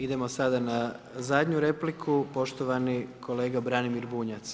Idemo sada na zadnju repliku, poštovani kolega Branimir Bunjac.